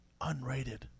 unrated